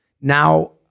Now